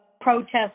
protest